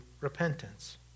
repentance